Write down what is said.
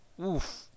Oof